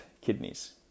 kidneys